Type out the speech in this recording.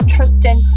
Tristan